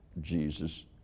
Jesus